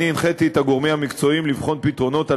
הנחיתי את הגורמים המקצועיים לבחון פתרונות על